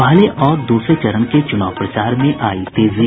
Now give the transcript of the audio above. पहले और दूसरे चरण के चुनाव प्रचार में आयी तेजी